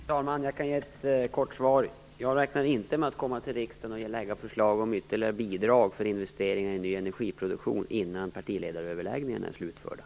Fru talman! Jag kan ge ett kort svar. Jag räknar inte med att komma till riksdagen med förslag om ytterligare bidrag till investeringar i ny energiproduktion innan partiledaröverläggningarna är slutförda.